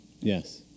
yes